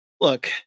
look